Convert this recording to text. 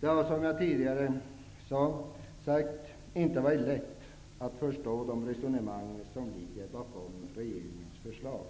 Det har, som jag tidigare har sagt, inte varit lätt att förstå de resonemang som ligger bakom regeringens förslag.